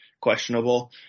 questionable